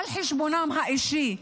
על חשבונם האישי,